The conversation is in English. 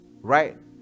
Right